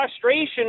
frustration